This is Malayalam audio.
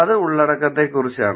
അത് ഉള്ളടക്കത്തെക്കുറിച്ചാണ്